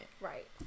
Right